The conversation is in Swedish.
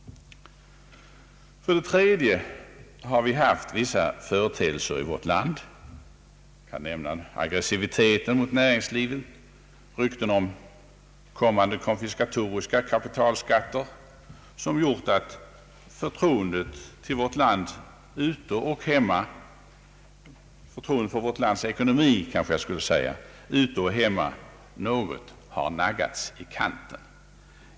För det tredje har vi haft vissa företeelser i vårt land — jag kan nämna aggressiviteten mot näringslivet och rykten om kommande konfiskatoriska kapitalskatter — som gjort att förtroendet ute och hemma för vårt lands ekonomi något har naggats i kanten.